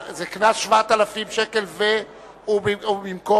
זה קנס 7,000 שקל, ובמקום?